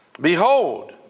Behold